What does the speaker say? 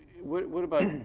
what what about,